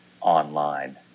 online